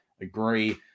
Agree